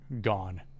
gone